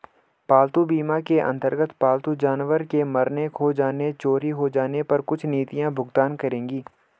पालतू बीमा के अंतर्गत पालतू जानवर के मरने, खो जाने, चोरी हो जाने पर कुछ नीतियां भुगतान करेंगी